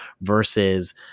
versus